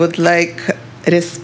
would like it is